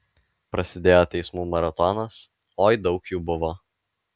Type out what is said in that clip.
prasidėjo teismų maratonas oi daug jų buvo